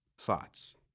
thoughts